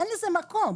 אין לזה מקום.